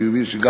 אני מבין שגם,